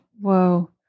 Whoa